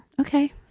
Okay